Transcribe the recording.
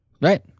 Right